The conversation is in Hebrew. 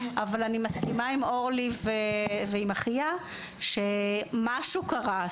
אבל אני מסכימה עם אורלי ועם אחיה על זה שמשהו קרה.